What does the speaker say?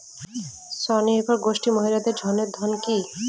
স্বনির্ভর গোষ্ঠীর মহিলাদের ঋণের ধরন কি?